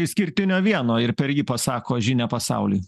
išskirtinio vieno ir per jį pasako žinią pasauliui